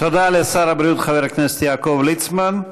תודה לשר הבריאות חבר הכנסת יעקב ליצמן.